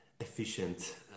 efficient